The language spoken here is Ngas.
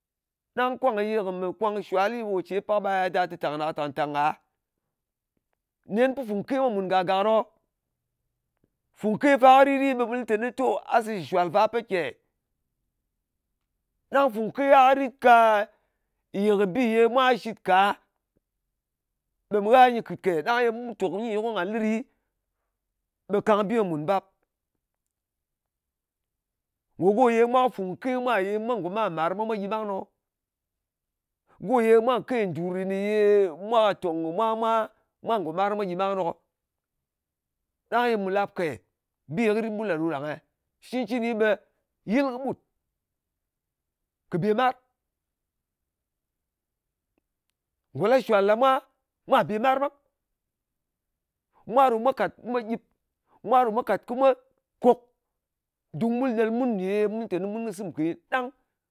Ɗang kwang ye mɨ kwang shuwalɨ, ɓe kò ce ɓe pak ɓa ya dɨ tang ɗa ka tàng-tàng ka. Nen pin fung ke mwa mùn gak-gak ɗok-o. Fung ke fa kɨ rit ɗɨ, ɓe mu lɨ tè gha se shɨ shàl fa pet kè. Ɗang fung ke gha kɨ rit ka ye bi ye mwa shɨt ka, ɓe mɨ gha nyɨ kɨt kè. Ɗang yè mu tòk nyi ko ngà lɨ ɗi, ɓe kang bi mwa mùn bap. Ngò go ye mwa kɨ fùngke mwa ye mwa ngò mar-màr mwa gyɨ ɓang ɗok-o. Go ye mwa kɨ ke n`dur ne ye mwa ka tong kɨ mwa, ɓe mwa ngò mar mwa gyɨ ɓang ɗok-o. Ɗan ye mù lap kè. Bi kɨ rit ɓul ɗà ɗo ɗang-e? Cɨncɨni ɓe yɨl kɨɓut kɨ bè mar. Ngò la shuwal ɗa mwa bè mar ɓang. Mwa ɗo mwa kàt, mwa gyip. Mwa ɗo mwa kàt ko mwa kok dung ɓul ɗel mun ne ye mu lɨ teni mun kɨ sɨm nke. Ɗang